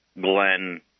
Glenn